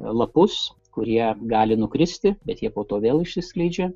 lapus kurie gali nukristi bet jie po to vėl išsiskleidžia